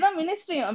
ministry